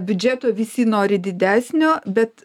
biudžeto visi nori didesnio bet